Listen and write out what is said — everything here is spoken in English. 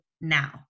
now